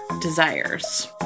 desires